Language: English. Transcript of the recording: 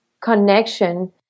connection